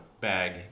Bag